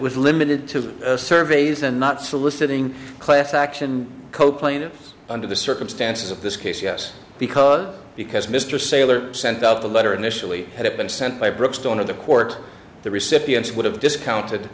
was limited to surveys and not soliciting class action co plaintiff under the circumstances of this case yes because because mr saylor sent out the letter initially had it been sent by brookstone of the court the recipients would have discounted